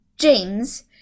James